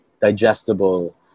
digestible